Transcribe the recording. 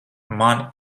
man